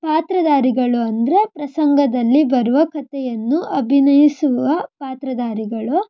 ಪಾತ್ರಧಾರಿಗಳು ಅಂದರೆ ಪ್ರಸಂಗದಲ್ಲಿ ಬರುವ ಕಥೆಯನ್ನು ಅಭಿನಯಿಸುವ ಪಾತ್ರಧಾರಿಗಳು